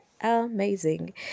amazing